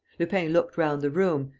lupin looked round the room,